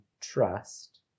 trust